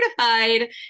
certified